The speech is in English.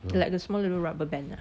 like the small little rubber band ah